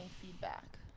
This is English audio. feedback